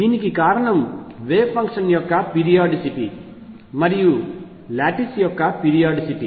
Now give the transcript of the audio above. దీనికి కారణం wave function యొక్క పీరియాడిసిటీ మరియు లాటిస్ యొక్క పీరియాడిసిటీ